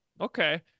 Okay